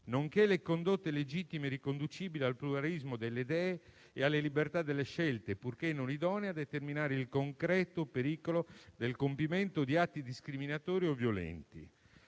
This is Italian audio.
nonché le condotte legittime riconducibili al pluralismo delle idee o alle libertà delle scelte, purché non idonee a determinare il concreto pericolo del compimento di atti discriminatori o violenti».